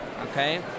okay